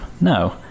No